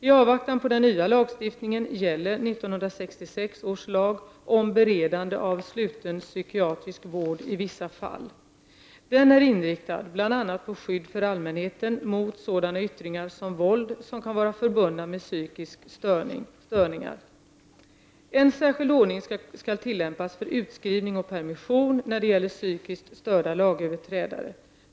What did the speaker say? I avvaktan på den nya lagstiftningen gäller 1966 års lag om beredande av sluten psykiatrisk vård i vissa fall . Den är inriktad bl.a. på skydd för allmänheten mot sådana yttringar som våld, som kan vara förbundna med psykiska störningar. En särskild ordning skall tillämpas för utskrivning och permission när det gäller psykiskt störda lagöverträdare.